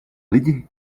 lidi